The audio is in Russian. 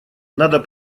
надо